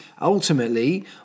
ultimately